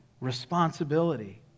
responsibility